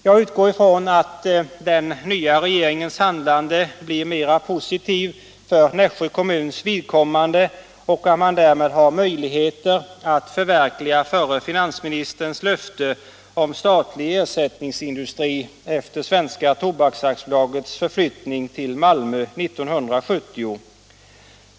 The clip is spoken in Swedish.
Jag utgår ifrån att den nya regeringens handlande blir mera positivt för Nässjö kommuns vidkommande och att man därmed har möjlighet att förverkliga förre finansministerns löfte om statlig ersättningsindustri efter Svenska Tobaks AB:s förflyttning till Malmö 1970.